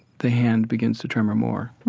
the hand begins to tremor more.